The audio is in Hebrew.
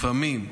לפעמים,